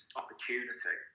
opportunity